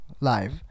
live